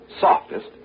softest